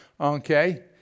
Okay